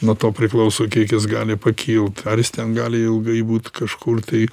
nuo to priklauso kiek jis gali pakilt ar jis ten gali ilgai būt kažkur tai